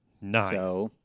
Nice